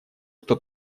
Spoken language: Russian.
кто